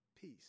Peace